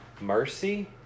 mercy